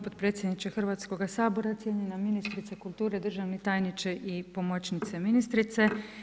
Hvala podpredsjedniče Hrvatskoga sabora, cijenjena ministrice kulture, državni tajniče i pomoćnice ministrice.